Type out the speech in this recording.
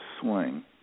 swing